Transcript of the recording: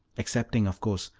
excepting, of course,